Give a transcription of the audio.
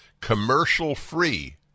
commercial-free